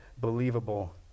believable